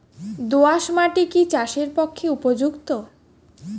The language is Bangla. দোআঁশ মাটি কি চাষের পক্ষে উপযুক্ত?